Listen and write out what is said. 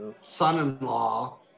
son-in-law